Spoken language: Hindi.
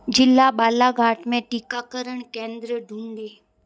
जिला बालाघाट में टीकाकरण केंद्र ढूंढे